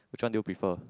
which one do you prefer